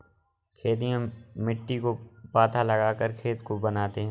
खेती में मिट्टी को पाथा लगाकर खेत को बनाते हैं?